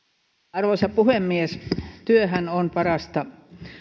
arvoisa puhemies työhän on parasta